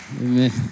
Amen